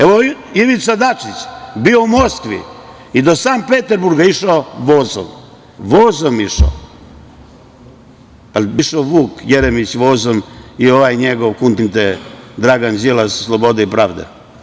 Evo, Ivica Dačić je bio u Moskvi i do Sankt Peterburga išao vozom, vozom išao, a da li bi išao Vuk Jeremić vozom i ovaj njegov Dragan Đilas, slobode i pravde?